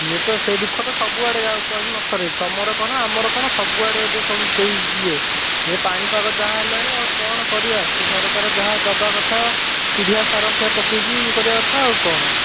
ସିଏତ ସେଇ ଦୁଃଖ ତ ସବୁଆଡ଼େ ଆଉ କହିଲେ ନସରେ ତମର କ'ଣ ଆମର କ'ଣ ସବୁଆଡ଼େ ଏବେ ସବୁ ସେଇ ଇଏ ପାଣିପାଗ ଯାହା ହେଲାଣି ଆଉ କ'ଣ କରିବା ସେ ସରକାର ଯାହା ଦେବା କଥା ପିଡ଼ିଆ ସାର ସେଇଆ ପକାଇକି ଇଏ କରିବା କଥା ଆଉ କ'ଣ